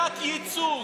לא תת-ייצוג,